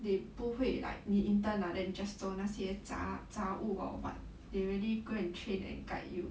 they 不会 like 你 intern lah then 你 just 做那些扎扎物 or what they really go and train and guide you